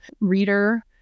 reader